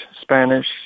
Spanish